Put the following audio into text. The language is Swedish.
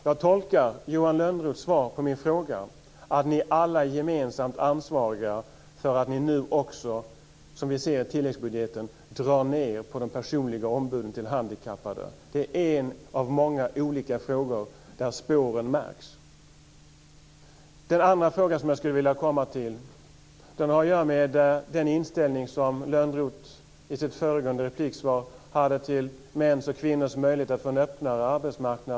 Jag tolkar Johan Lönnroths svar på min fråga att ni är alla gemensamt ansvariga för att ni också nu, som vi ser i tilläggsbudgeten, drar ned på de personliga ombuden till de handikappade. Det är en av många olika frågor där spåren märks. Den andra frågan som jag skulle vilja komma till har att göra med den inställning som Lönnroth i sin föregående replik hade till mäns och kvinnors möjligheter att få en öppnare arbetsmarknad.